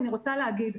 אני רוצה להגיד,